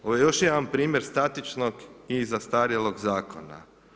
Ovo je još jedan primjer statičnog i zastarjelog zakona.